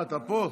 אתה פה?